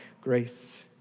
grace